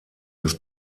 das